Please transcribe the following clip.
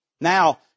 Now